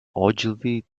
ogilvy